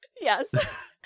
yes